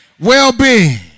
well-being